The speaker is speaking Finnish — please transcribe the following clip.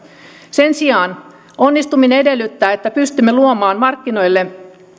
sen sijaan onnistuminen edellyttää että pystymme luomaan markkinoille